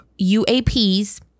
UAPs